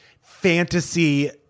fantasy